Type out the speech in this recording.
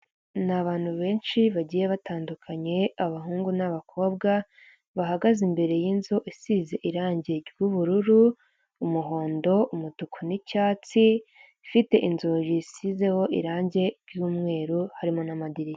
Ni abantu benshi bagiye batandukanye, abahungu n'abakobwa bahagaze imbere y'inzu isize irangi ry'ubururu umuhondo umutuku n'icyatsi ifite inzugi zisizeho irangi ry'umweru harimo n'amadirishya.